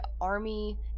Army